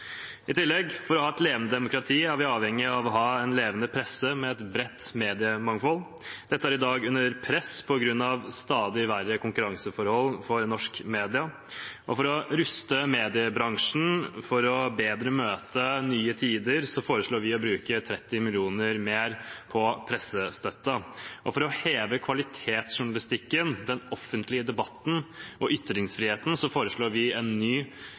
I tillegg: For å ha et levende demokrati er vi avhengige av en levende presse med et bredt mediemangfold. Dette er i dag under press på grunn av stadig verre konkurranseforhold for norske medier. For å ruste mediebransjen til bedre å kunne møte nye tider foreslår vi å bruke 30 mill. kr mer på pressestøtten. Og for å heve kvalitetsjournalistikken, den offentlige debatten og ytringsfriheten foreslår vi en ny